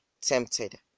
tempted